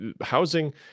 Housing